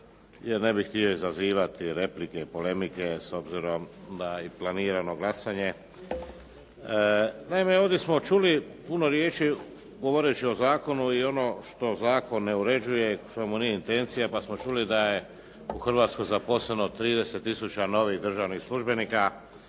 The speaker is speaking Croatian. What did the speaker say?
jer ne bih htio izazivati replike, polemike s obzirom i na planirano glasanje. Naime, ovdje smo čuli puno riječi govoreći o zakonu i ono što zakon ne uređuje, što mu nije intencija pa smo čuli da je u Hrvatskoj zaposleno 30 tisuća novih državnih službenika